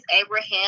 abraham